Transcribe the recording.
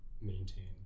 maintain